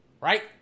Right